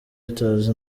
reuters